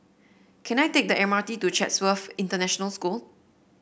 can I take the M R T to Chatsworth International School